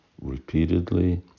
repeatedly